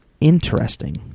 interesting